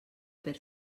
per